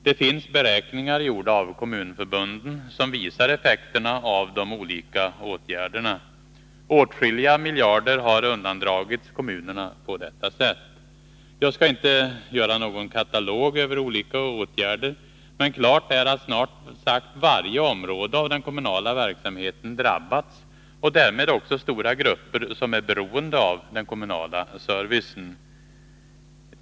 Det finns beräkningar, gjorda av kommunförbunden, som visar effekterna av de olika åtgärderna. Åtskilliga miljarder har undandragits kommunerna på detta sätt. Jag skall inte göra någon katalog över olika åtgärder, men klart är att snart sagt varje område av den kommunala verksamheten har drabbats och därmed också stora grupper som är beroende av den kommunala servicen.